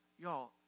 Y'all